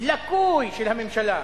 לקוי של הממשלה,